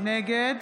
נגד